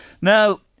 Now